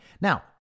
Now